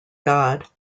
god